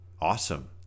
Awesome